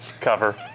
cover